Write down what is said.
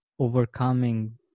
overcoming